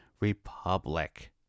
republic